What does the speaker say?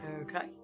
Okay